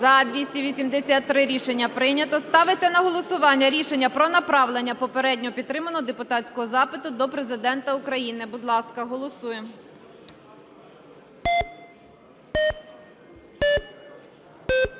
За-283 Рішення прийнято. Ставиться на голосування рішення про направлення попередньо підтриманого депутатського запиту до Президента України. Будь ласка, голосуємо.